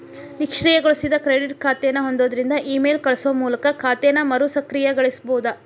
ನಿಷ್ಕ್ರಿಯಗೊಳಿಸಿದ ಕ್ರೆಡಿಟ್ ಖಾತೆನ ಹೊಂದಿದ್ರ ಇಮೇಲ್ ಕಳಸೋ ಮೂಲಕ ಖಾತೆನ ಮರುಸಕ್ರಿಯಗೊಳಿಸಬೋದ